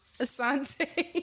Asante